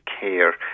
care